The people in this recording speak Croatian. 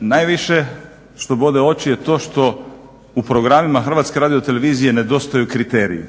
Najviše što bode oči je to što u programima Hrvatske radiotelevizije nedostaju kriteriji,